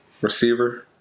receiver